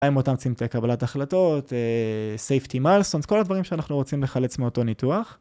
מהם אותם צמתי קבלת החלטות, safety milestones, כל הדברים שאנחנו רוצים לחלץ מאותו ניתוח.